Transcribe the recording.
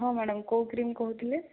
ହଁ ମ୍ୟାଡମ୍ କୋଉ କ୍ରିମ କହୁଥିଲେ